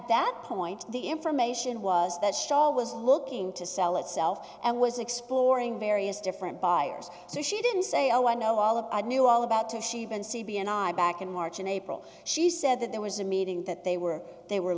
that point the information was that shaw was looking to sell itself and was exploring various different buyers so she didn't say oh i know all of knew all about to she even c b and i back in march and april she said that there was a meeting that they were they were